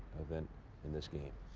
event in this game.